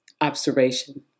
observation